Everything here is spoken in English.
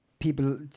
people